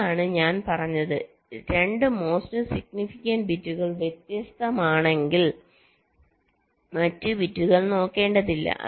ഇതാണ് ഞാൻ പറഞ്ഞത് 2 മോസ്റ്റ് സിഗ്നിഫിക്കന്റ് ബിറ്റുകൾ വ്യത്യസ്തമാണെങ്കിൽ മറ്റ് ബിറ്റുകൾ നോക്കേണ്ടതില്ല